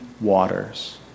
waters